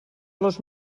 los